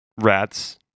rats